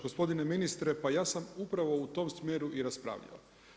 Gospodine ministre pa ja sam upravo u tom smjeru i raspravljalo.